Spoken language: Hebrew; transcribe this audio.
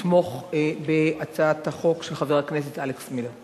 לתמוך בהצעת החוק של חבר הכנסת אלכס מילר.